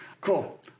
cool